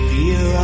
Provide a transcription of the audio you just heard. Fear